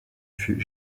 fut